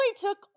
took